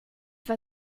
war